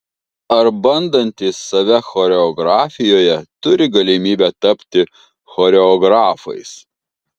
ar bandantys save choreografijoje turi galimybę tapti choreografais